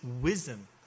wisdom